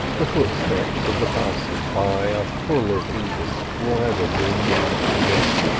the footsteps of the passers-by, are full of indescribable mournfulness